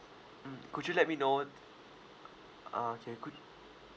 mm could you let me know ah okay good